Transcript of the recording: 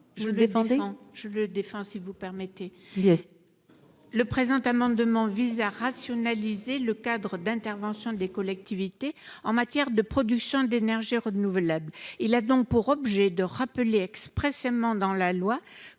l'amendement n° 239 rectifié. Cet amendement vise à rationaliser le cadre d'intervention des collectivités en matière de production d'énergies renouvelables. Il a donc pour objet de rappeler expressément dans la loi